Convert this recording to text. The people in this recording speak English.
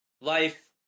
life